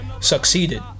succeeded